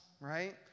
right